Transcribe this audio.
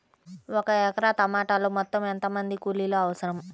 ఒక ఎకరా టమాటలో మొత్తం ఎంత మంది కూలీలు అవసరం?